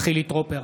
חילי טרופר,